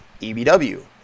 EBW